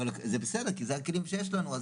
וזה בסדר כי אלה הכלים שיש לנו.